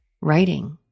writing